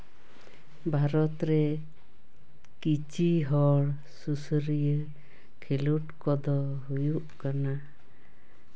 ᱵᱷᱟᱨᱚᱛ ᱨᱮ ᱠᱤᱪᱷᱤ ᱦᱚᱲ ᱥᱩᱥᱟᱹᱨᱤᱭᱟᱹ ᱠᱷᱮᱞᱳᱰ ᱠᱚᱫᱚ ᱦᱩᱭᱩᱜ ᱠᱟᱱᱟ